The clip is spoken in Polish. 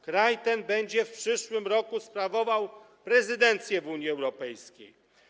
Kraj ten będzie w przyszłym roku sprawował prezydencję w Unii Europejskiej.